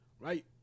Right